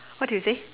what did you say